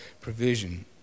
provision